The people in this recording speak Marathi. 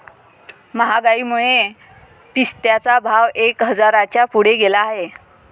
महागाईमुळे पिस्त्याचा भाव एक हजाराच्या पुढे गेला आहे